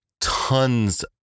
tons